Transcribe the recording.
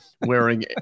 wearing